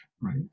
right